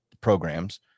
programs